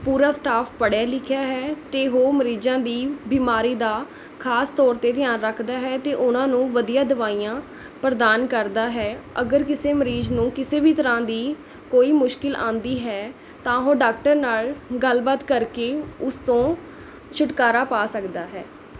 ਪੂਰਾ ਸਟਾਫ਼ ਪੜ੍ਹਿਆ ਲਿਖਿਆ ਹੈ ਅਤੇ ਉਹ ਮਰੀਜ਼ਾਂ ਦੀ ਬਿਮਾਰੀ ਦਾ ਖਾਸ ਤੌਰ 'ਤੇ ਧਿਆਨ ਰੱਖਦਾ ਹੈ ਅਤੇ ਉਹਨਾਂ ਨੂੰ ਵਧੀਆ ਦਵਾਈਆਂ ਪ੍ਰਦਾਨ ਕਰਦਾ ਹੈ ਅਗਰ ਕਿਸੇ ਮਰੀਜ਼ ਨੂੰ ਕਿਸੇ ਵੀ ਤਰ੍ਹਾਂ ਦੀ ਕੋਈ ਮੁਸ਼ਕਿਲ ਆਉਂਦੀ ਹੈ ਤਾਂ ਉਹ ਡਾਕਟਰ ਨਾਲ਼ ਗੱਲਬਾਤ ਕਰਕੇ ਉਸ ਤੋਂ ਛੁਟਕਾਰਾ ਪਾ ਸਕਦਾ ਹੈ